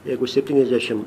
jeigu septyniasdešim